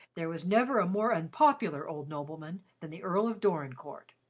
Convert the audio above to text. there was never a more unpopular old nobleman than the earl of dorincourt,